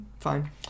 Fine